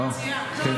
רגע, היא רוצה לברך.